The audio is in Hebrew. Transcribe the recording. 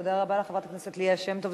תודה רבה לך, חברת הכנסת ליה שמטוב.